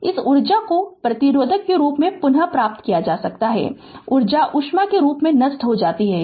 इस ऊर्जा को प्रतिरोधक के रूप में पुनः प्राप्त किया जा सकता है ऊर्जा ऊष्मा के रूप में नष्ट हो जाती है